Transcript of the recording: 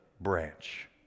branch